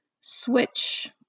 Switch